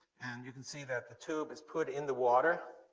and you can see that the tube is put in the water.